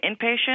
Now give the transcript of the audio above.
inpatient